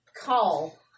call